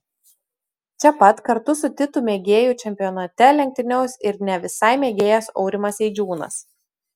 čia pat kartu su titu mėgėjų čempionate lenktyniaus ir ne visai mėgėjas aurimas eidžiūnas